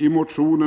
I motion